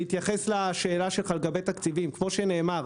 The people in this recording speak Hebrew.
בהתייחס לשאלה שלך לגבי תקציבים, כמו שנאמר,